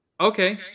Okay